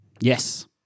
Yes